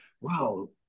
wow